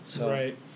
Right